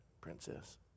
princess